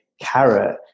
carrot